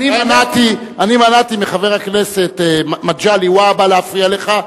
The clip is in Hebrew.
מנעתי מחבר הכנסת מגלי והבה להפריע לך.